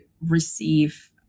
receive